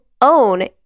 own